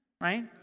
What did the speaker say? right